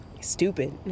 Stupid